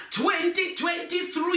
2023